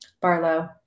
Barlow